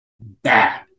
bad